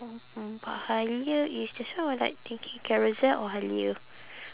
mmhmm but Halia is that's why I was like thinking Carousel or Halia